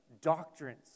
doctrines